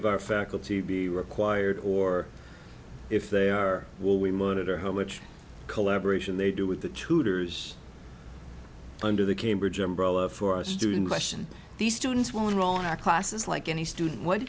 of our faculty be required or if there was we monitor how much collaboration they do with the tutors under the cambridge umbrella for a student question these students will enroll in our classes like any student